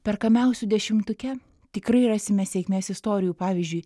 perkamiausių dešimtuke tikrai rasime sėkmės istorijų pavyzdžiui